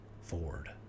Ford